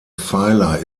pfeiler